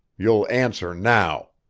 you'll answer now.